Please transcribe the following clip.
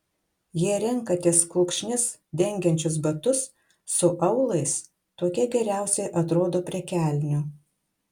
jei renkatės kulkšnis dengiančius batus su aulais tokie geriausiai atrodo prie kelnių